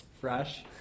fresh